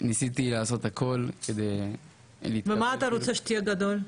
ניסיתי לעשות הכול כדי ל --- ומה אתה רוצה לעשות כשתהיה גדול?